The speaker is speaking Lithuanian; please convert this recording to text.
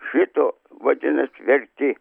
šito vadinasi verti